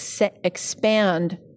expand